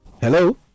Hello